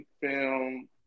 film